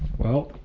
well,